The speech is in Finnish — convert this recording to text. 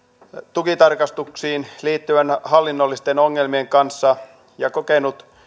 tukitarkastuksiin liittyvien hallinnollisten ongelmien kanssa ja kokenut